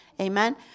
Amen